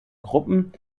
gruppen